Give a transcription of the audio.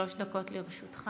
שלוש דקות לרשותך,